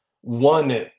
one